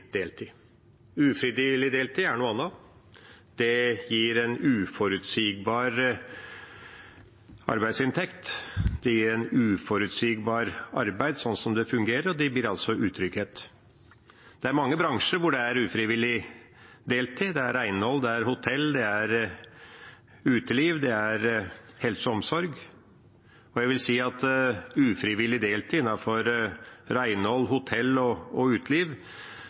deltid. Ufrivillig deltid er noe annet. Det gir en uforutsigbar arbeidsinntekt. Det gir et uforutsigbart arbeid, slik det fungerer, og det blir utrygghet. Det er mange bransjer med ufrivillig deltid. Det er i renhold, hotell, uteliv og helse- og omsorgssektoren. Ufrivillig deltid innenfor renhold, hotell og uteliv er noe vi bl.a. må møte med en bevisst satsing på en sterkere fagorganisering i de bransjene. Det er